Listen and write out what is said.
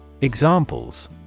Examples